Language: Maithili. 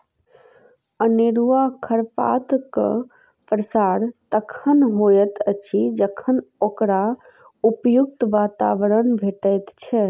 अनेरूआ खरपातक प्रसार तखन होइत अछि जखन ओकरा उपयुक्त वातावरण भेटैत छै